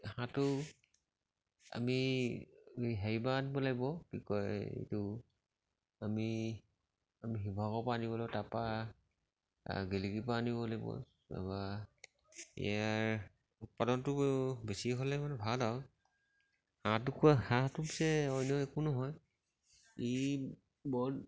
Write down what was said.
হাঁহটো আমি হেৰিৰপৰা আনিব লাগিব কি কয় এইটো আমি আমি শিৱসাগৰৰপৰা আনিবলৈ তাৰপৰা গেলেকীৰপৰা আনিব লাগিব তাৰপৰা ইয়াৰ উৎপাদনটো বেছি হ'লে মানে ভাল আৰু হাঁহ কুকুৰা হাঁহটো পিছে অন্য একো নহয় ই বৰ